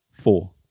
four